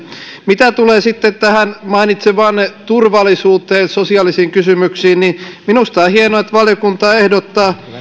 mitä tulee sitten tähän mainitsemaanne turvallisuuteen sosiaalisiin kysymyksiin niin minusta on hienoa että valiokunta ehdottaa